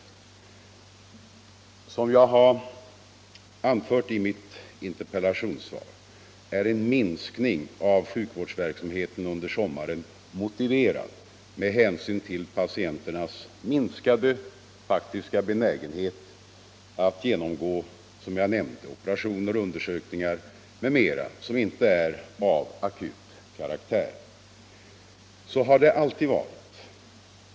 terskor Såsom jag anförde i mitt interpellationssvar är en minskning av sjukvårdsverksamheten under sommaren motiverad med hänsyn till patienternas minskade benägenhet att genomgå operationer, undersökningar m.m., som inte är av akut karaktär. Så har det alltid varit.